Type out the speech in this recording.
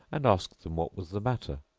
and asked them what was the matter,